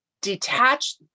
detach